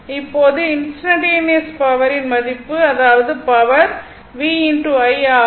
இப்போது இன்ஸ்டன்டனியஸ் பவரின் மதிப்பு அதாவது பவர் v i ஆகும்